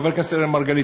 חבר הכנסת אראל מרגלית,